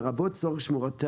לרבות לצורך שמורות טבע".